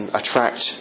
attract